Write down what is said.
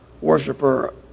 worshiper